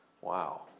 Wow